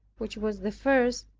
which was the first,